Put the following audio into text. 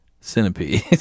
centipede